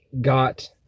got